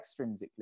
extrinsically